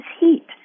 heat